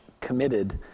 committed